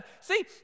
See